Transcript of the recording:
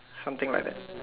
something like that